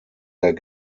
der